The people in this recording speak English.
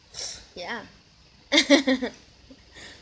ya